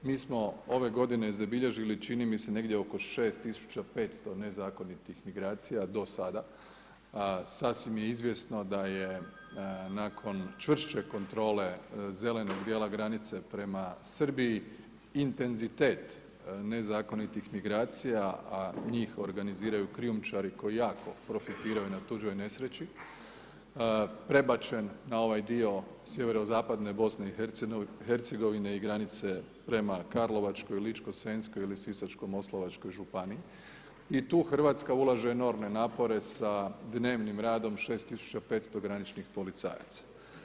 Mi smo ove godine zabilježili, čini mi se, negdje oko 6500 nezakonitih migracija do sada, sasvim je izvjesno da je nakon čvršće kontrole zelenog dijela granice prema Srbiji, intenzitet nezakonitih migracija, a njih organiziraju krijumčari koji jako profitiraju na tuđoj nesreći, prebačen na ovaj dio sjeverozapadne Bosne i Hercegovina, i granice prema Karlovačkoj, Ličko-senjskoj ili Sisačko-moslavačkoj županiji, i tu Hrvatska ulaže enormne napore sa dnevnim radom 6500 graničnih policajaca.